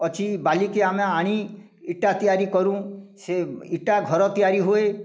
ଅଛି ବାଲି କି ଆମେ ଆଣି ଇଟା ତିଆରି କରୁ ସେ ଇଟା ଘର ତିଆରି ହୁଏ